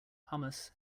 hummus